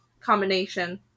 combination